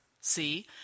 See